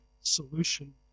solution